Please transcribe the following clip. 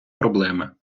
проблеми